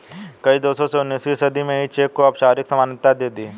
कई देशों ने उन्नीसवीं सदी में ही चेक को औपचारिक मान्यता दे दी